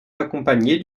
accompagner